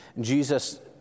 Jesus